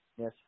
yes